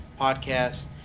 podcast